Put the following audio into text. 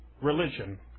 religion